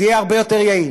זה יהיה הרבה יותר יעיל,